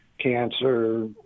cancer